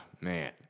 man